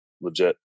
legit